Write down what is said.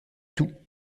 tout